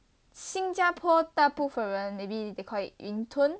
新加坡大部分人 maybe they call it 云吞